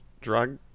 drug